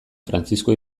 frantzisko